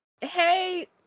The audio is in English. hey